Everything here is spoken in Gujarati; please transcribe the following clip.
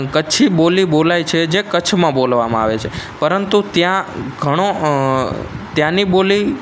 કચ્છી બોલી બોલાય છે જે કચ્છમાં બોલવામાં આવે છે પરંતુ ત્યાં ઘણો ત્યાંની બોલી